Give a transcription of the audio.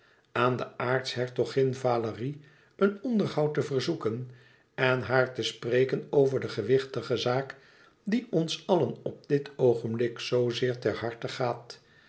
aan de aartshertogin valérie een onderhoud te verzoeken en haar te spreken over de gewichtige zaak die ons allen op dit oogenblik zoo zeer ter harte gaat